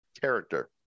character